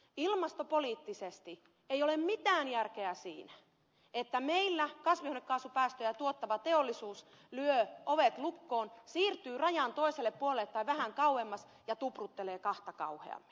ilmastopoliittisesti ei ole mitään järkeä siinä että meillä kasvihuonekaasupäästöjä tuottava teollisuus lyö ovet lukkoon siirtyy rajan toiselle puolelle tai vähän kauemmas ja tupruttelee kahta kauheammin